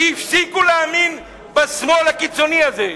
כי הפסיקו להאמין בשמאל הקיצוני הזה.